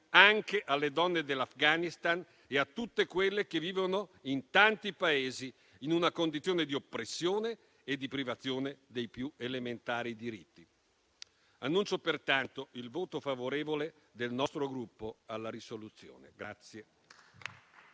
anche alle donne dell'Afghanistan e a tutte quelle che vivono, in tanti Paesi, in una condizione di oppressione e di privazione dei più elementari diritti. Annuncio pertanto il voto favorevole del nostro Gruppo alla risoluzione.